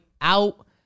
out